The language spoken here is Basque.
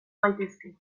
gaitezke